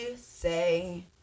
say